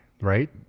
right